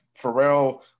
Pharrell